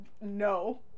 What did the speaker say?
no